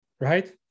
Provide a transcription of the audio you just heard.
right